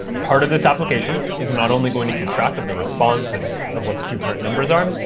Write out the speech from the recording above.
part of this application is not only going to keep track of the response and of what the two current numbers are,